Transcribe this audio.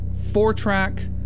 four-track